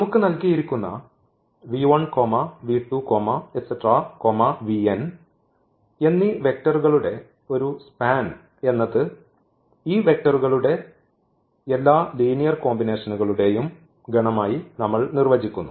നമുക്ക് നൽകിയിരിക്കുന്ന എന്നീ വെക്ടറുകളുടെ ഒരു സ്പാൻ എന്നത് ഈ വെക്റ്ററുകളുടെ ഈ എല്ലാ ലീനിയർ കോമ്പിനേഷനുകളുടെയും ഗണമായി നമ്മൾ നിർവചിക്കുന്നു